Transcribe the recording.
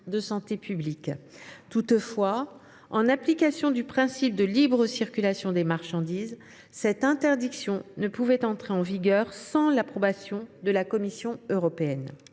de santé publique. Toutefois, en application du principe de libre circulation des marchandises, cette interdiction ne pouvait entrer en vigueur sans l’approbation de la Commission européenne.